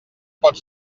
pot